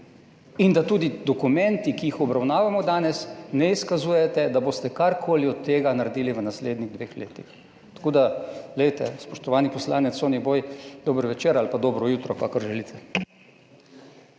in da tudi dokumenti, ki jih obravnavamo danes, ne izkazujejo, da boste karkoli od tega naredili v naslednjih dveh letih. Tako da glejte, spoštovani poslanec Soniboj, dober večer ali pa dobro jutro, kakor želite.